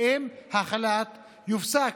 האם החל"ת יופסק?